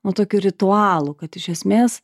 nu tokiu ritualu kad iš esmės